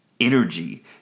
energy